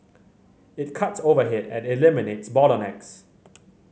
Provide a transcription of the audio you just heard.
it cuts overhead and eliminates bottlenecks